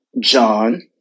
John